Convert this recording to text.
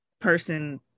person